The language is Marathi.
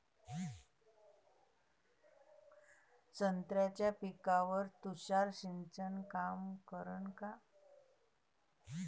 संत्र्याच्या पिकावर तुषार सिंचन काम करन का?